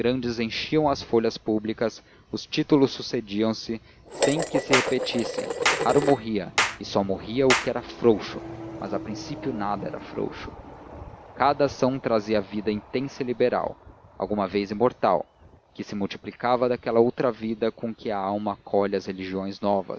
grandes enchiam as folhas públicas os títulos sucediam-se sem que se repetissem raro morria e só morria o que era frouxo mas a princípio nada era frouxo cada ação trazia a vida intensa e liberal alguma vez imortal que se multiplicava daquela outra vida com que a alma acolhe as religiões novas